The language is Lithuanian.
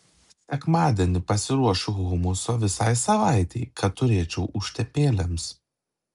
sekmadienį prisiruošiu humuso visai savaitei kad turėčiau užtepėlėms